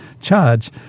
charge